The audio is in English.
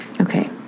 okay